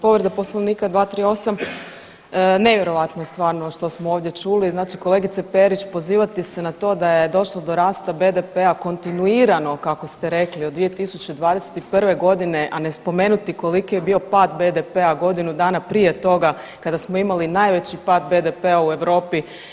Povreda poslovnika 238. nevjerojatno je stvarno što smo ovdje čuli, znači kolegice Perić pozivati se na to da je došlo do rasta BDP-a kontinuirano kako ste rekli od 2021.g., a ne spomenuti koliki je bio pad BDP-a godinu dana prije toga kada smo imali najveći pad BDP-a u Europi.